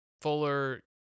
Fuller